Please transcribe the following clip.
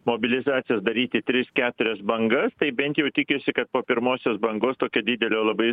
mobilizacijos daryti tris keturias bangas tai bent jau tikisi kad po pirmosios bangos tokio didelio labai